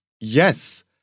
Yes